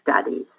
studies